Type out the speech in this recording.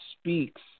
speaks